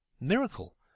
Miracle